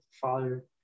father